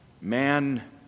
Man